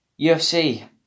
UFC